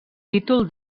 títol